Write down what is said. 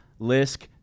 Lisk